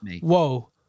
Whoa